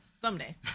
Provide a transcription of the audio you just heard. someday